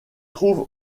trouve